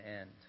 end